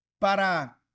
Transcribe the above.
para